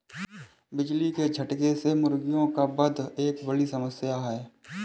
बिजली के झटके से मुर्गियों का वध एक बड़ी समस्या है